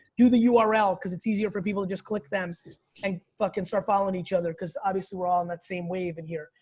do the ah url cause it's easier for people to just click them and fucking start following each other. coz obviously we're all in that same wave in here.